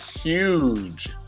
huge